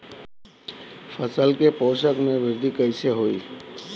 फसल के पोषक में वृद्धि कइसे होई?